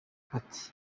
ati